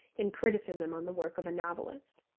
in criticism on the work of a novelist.